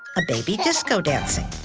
a baby disco dancing,